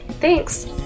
Thanks